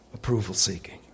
approval-seeking